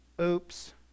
Oops